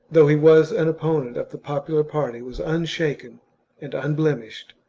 though he was an opponent of the popular party, was unshaken and unblemished.